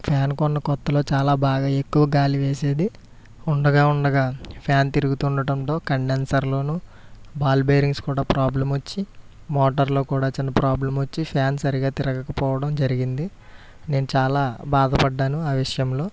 fan కొన్న కొత్తలో చాలా బాగా ఎక్కువ గాలి వీసేది ఉండగా ఉండగా ఫ్యాన్ తిరుగుతుండటంలో కండెన్సర్లో బాల్ బేరింగ్స్ కూడా ప్రాబ్లం వచ్చి మోటర్లో కూడా చిన్న ప్రాబ్లం వచ్చి ఫ్యాన్ సరిగా తిరగకపోవడం జరిగింది నేను చాలా బాధపడ్డాను ఆ విషయంలో